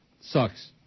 Sucks